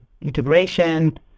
integration